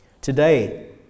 Today